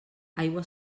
aigua